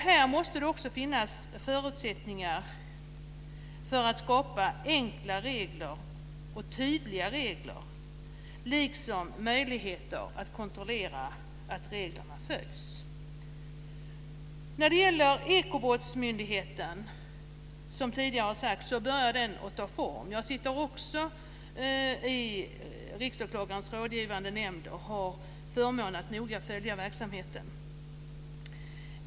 Här måste det också finnas förutsättningar för att skapa enkla och tydliga regler liksom möjligheter att kontrollera att reglerna följs. Ekobrottsmyndigheten börjar, som tidigare har sagts, ta form. Jag sitter också i Riksåklagarens rådgivande nämnd och har förmånen att noga följa verksamheten.